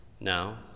Now